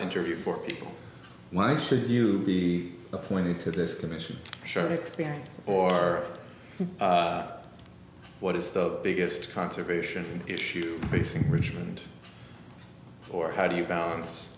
interview for people why should you be appointed to this commission should experience or what is the biggest conservation issue facing richmond or how do you balance